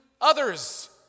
others